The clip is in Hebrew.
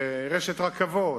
רשת רכבות,